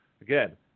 Again